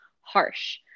harsh